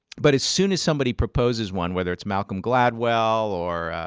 but as soon as somebody proposes one, whether it's malcolm gladwell or,